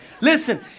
Listen